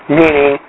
meaning